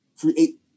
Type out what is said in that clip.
create